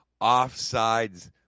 offsides